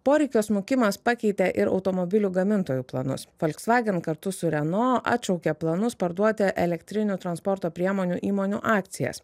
poreikio smukimas pakeitė ir automobilių gamintojų planus volkswagen kartu su renault atšaukia planus parduoti elektrinių transporto priemonių įmonių akcijas